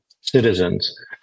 citizens